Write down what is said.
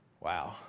Wow